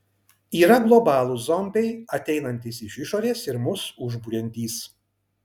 yra globalūs zombiai ateinantys iš išorės ir mus užburiantys